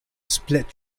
split